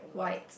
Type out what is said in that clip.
white